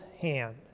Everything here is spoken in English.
hand